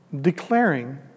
declaring